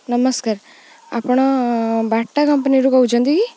ନମସ୍କାର ଆପଣ ବାଟା କମ୍ପାନୀରୁ କହୁଛନ୍ତି କି